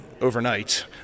overnight